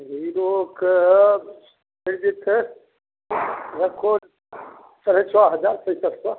हीरोके पैरि जेतै रखो साढ़े छओ हजार पैंसठ सए